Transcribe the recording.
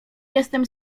jestem